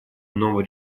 иного